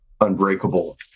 unbreakable